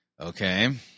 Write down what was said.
Okay